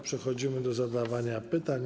Przechodzimy do zadawania pytań.